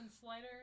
Slider